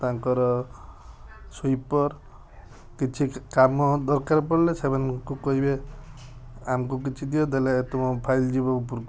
ତାଙ୍କର ସ୍ୱିପର୍ କିଛି କାମ ଦରକାର ପଡ଼ିଲେ ସେମାନଙ୍କୁ କହିବେ ଆମକୁ କିଛି ଦିଅ ଦେଲେ ତୁମ ଫାଇଲ୍ ଯିବ ଉପରକୁ